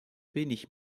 wenig